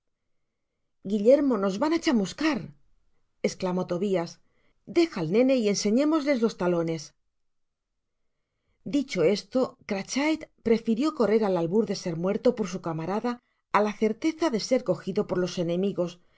guillermo nos van á chamuscar esclamó tobias deja al nene y enseñémosles los talonos dicho eslo crachit prefiriendo correr el albur de ser muerto por su camarada á la certeza de ser cojido por los enemigos